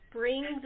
bring